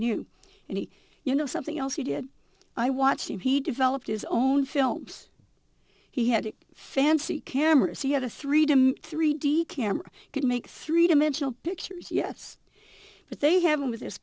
knew and he you know something else he did i watched him he developed his own films he had fancy cameras he had a three day three d camera could make three dimensional pictures yes but they have him with his